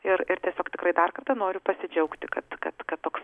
ir ir tiesiog tikrai dar kartą noriu pasidžiaugti kad kad kad toks